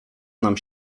nam